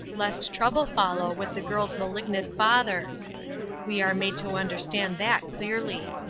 lest trouble follow with the girl's malignant father we are made to understand that clearly.